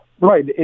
Right